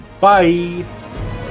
Bye